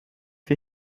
wir